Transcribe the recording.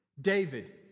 David